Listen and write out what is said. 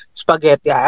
spaghetti